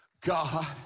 God